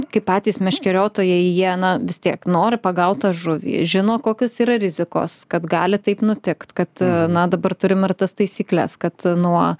kaip patys meškeriotojai jie na vis tiek nori pagaut tą žuvį žino kokios yra rizikos kad gali taip nutikt kad na dabar turim ir tas taisykles kad nuo